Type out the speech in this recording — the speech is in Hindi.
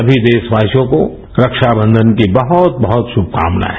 सभी देशवासियों को रक्षाबंधन की बहुत बहुत शुभकामनाएं